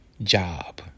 job